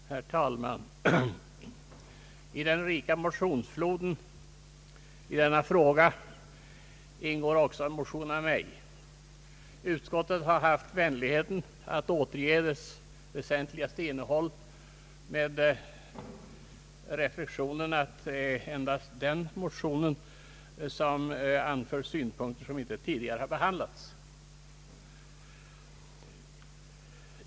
Herr talman! I den rika motionsfloden i denna fråga har även jag bidragit med en motion. Utskottet har haft vänligheten att återge dess väsentligaste innehåll med reflexionen att endast den motionen anför synpunkter som inte tidigare har behandlats.